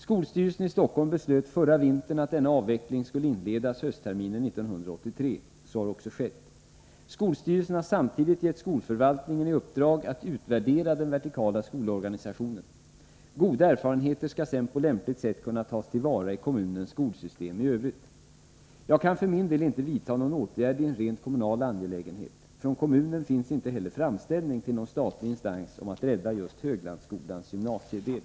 Skolstyrelsen i Stockholm beslöt förra vintern att denna avveckling skulle inledas höstterminen 1983. Så har också skett. Skolstyrelsen har samtidigt gett skolförvaltningen i uppdrag att utvärdera den vertikala skolorganisationen. Goda erfarenheter skall sedan på lämpligt sätt kunna tas till vara i kommunens skolsystem i övrigt. Jag kan för min del inte vidta någon åtgärd i en rent kommunal angelägenhet. Från kommunen finns inte heller framställning till någon statlig instans om att ”rädda” just Höglandsskolans gymnasiedel.